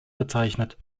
bezeichnet